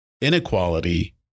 inequality